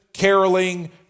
caroling